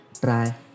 try